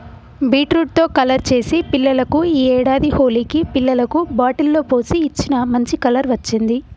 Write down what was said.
beetroot తో colour చేసి పిల్లలకు ఈ ఏడాది హోలికి పిల్లలకు బాటిల్ లో పోసి ఇచ్చిన, మంచి కలర్ వచ్చింది